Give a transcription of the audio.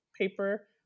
paper